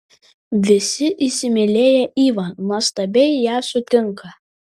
visi įsimylėję ivą nuostabiai ją sutinka